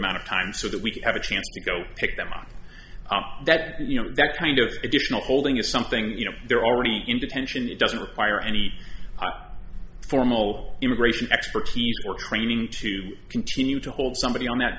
amount of time so that we have a chance to go pick them up that's you know that's kind of additional holding is something you know they're already in detention it doesn't require any formal immigration expertise or training to continue to hold somebody on that